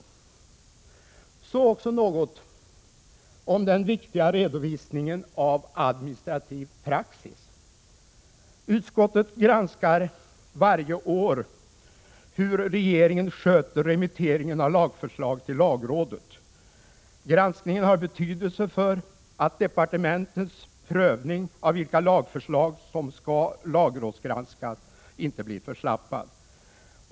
Jag vill också säga något om den viktiga redovisningen av administrativ praxis. Utskottet granskar varje år hur regeringen sköter remitteringen av lagförslag till lagrådet. Granskningen har betydelse för att departementens prövning av vilka lagförslag som skall lagrådsgranskas inte blir förslappad.